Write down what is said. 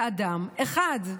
לאדם אחד.